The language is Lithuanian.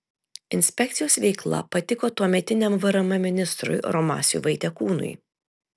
inspekcijos veikla patiko tuometiniam vrm ministrui romasiui vaitekūnui